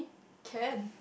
can